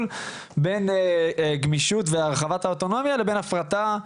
בין גמישות והרחבת האוטונומיה לבין הפרטה,